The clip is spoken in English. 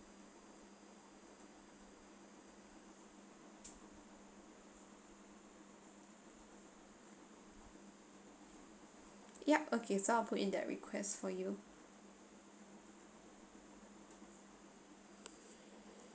yup okay so I'll put in that request for you